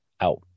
out